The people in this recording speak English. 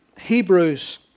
Hebrews